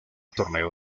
torneo